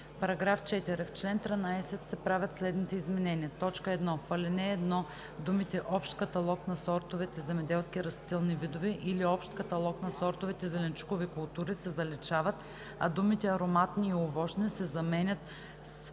§ 4: „§ 4. В чл. 13 се правят следните изменения: 1. В ал. 1 думите „Общ каталог на сортовете земеделски растителни видове или Общ каталог на сортовете зеленчукови култури“ се заличават, а думите „ароматни и овощни“ се заменят с